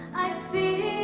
i see